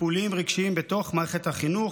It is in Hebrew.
טיפוליים רגשיים בתוך מערכת החינוך,